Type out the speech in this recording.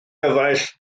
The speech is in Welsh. gyfaill